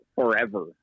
forever